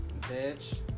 Bitch